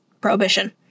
prohibition